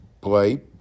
play